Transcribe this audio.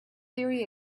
theory